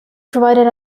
provided